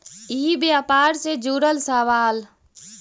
ई व्यापार से जुड़ल सवाल?